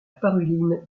paruline